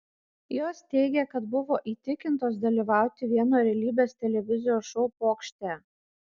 jos teigė kad buvo įtikintos dalyvauti vieno realybės televizijos šou pokšte